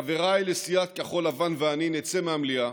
חבריי לסיעת כחול לבן ואני נצא מהמליאה,